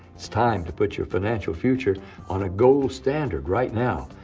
it's time to put your financial future on a gold standard right now.